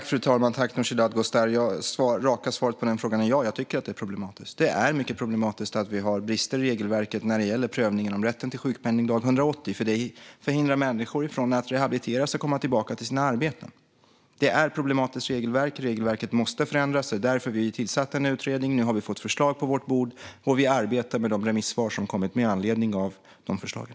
Fru talman! Tack, Nooshi Dadgostar! Det raka svaret på den frågan är ja. Jag tycker att det är problematiskt. Det är mycket problematiskt att vi har brister i regelverket när det gäller den prövning av rätten till sjukpenning som görs dag 180. Det förhindrar människor att rehabilitera sig och komma tillbaka till sina arbeten. Det är ett problematiskt regelverk. Regelverket måste förändras. Det är därför vi tillsatte en utredning. Nu har vi fått förslag på vårt bord. Vi arbetar med de remissvar som kommit med anledning av de förslagen.